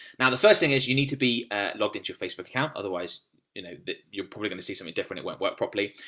now, the first thing is, you need to be logged into your facebook account, otherwise you know you're probably going to see something different, it won't work properly.